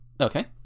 Okay